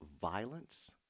violence